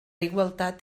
igualtat